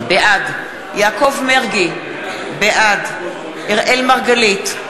בעד יעקב מרגי, בעד אראל מרגלית,